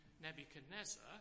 Nebuchadnezzar